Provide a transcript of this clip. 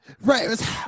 Right